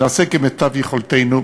נעשה כמיטב יכולתנו,